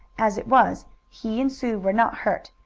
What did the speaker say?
as it was he and sue were not hurt,